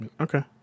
Okay